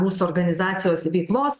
mūsų organizacijos veiklos